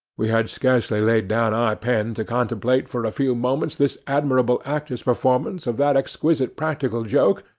we had scarcely laid down our pen to contemplate for a few moments this admirable actor's performance of that exquisite practical joke,